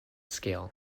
scale